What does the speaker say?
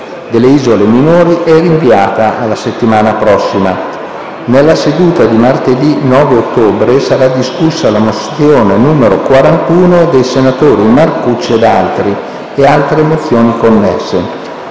delle isole minori è rinviata alla prossima settimana. Nella seduta di martedì 9 ottobre sarà discussa la mozione n. 41, dei senatori Marcucci ed altri, e altre mozioni connesse,